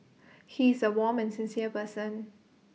he is A warm and sincere person